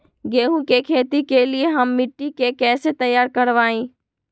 गेंहू की खेती के लिए हम मिट्टी के कैसे तैयार करवाई?